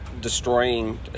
destroying